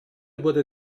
wurde